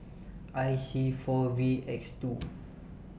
I C four V X two